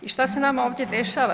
I šta se nama ovdje dešava?